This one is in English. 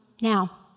Now